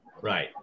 right